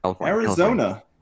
Arizona